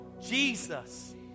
Jesus